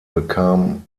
bekam